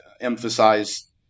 emphasize